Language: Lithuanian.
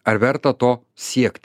ar verta to siekt